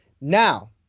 Now